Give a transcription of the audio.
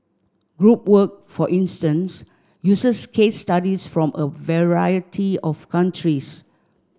group work for instance uses case studies from a variety of countries